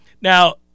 Now